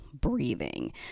breathing